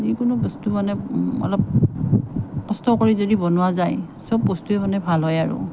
যিকোনো বস্তু মানে অলপ কষ্ট কৰি যদি বনোৱা যায় চব বস্তুৱে মানে ভাল হয় আৰু